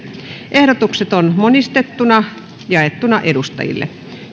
ehdotukset on monistettuna jaettu edustajille